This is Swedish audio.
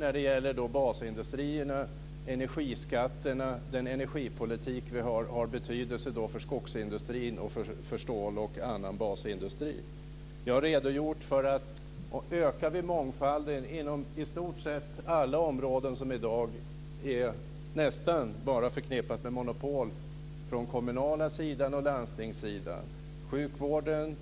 Jag tycker att basindustrierna, energiskatterna och energipolitiken har betydelse för skogsindustrin och för stål och annan basindustri. Vi behöver öka mångfalden inom i stort sett alla områden som i dag nästan bara är förknippade med monopol på den kommunala sidan och på landstingssidan - sjukvården